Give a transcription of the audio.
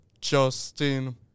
Justin